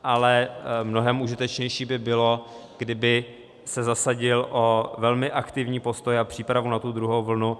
Ale mnohem užitečnější by bylo, kdyby se zasadil o velmi aktivní postoj a přípravu na tu druhou vlnu.